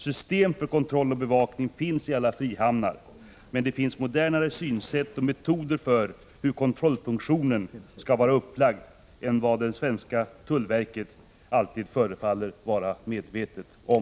System för kontroll och bevakning finns i alla frihamnar, men det finns modernare metoder och synsätt på hur kontrollfunktionen skall vara upplagd än vad det svenska tullverket förefaller vara medvetet om.